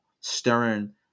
stirring